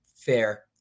fair